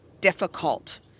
difficult